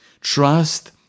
Trust